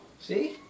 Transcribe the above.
See